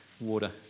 water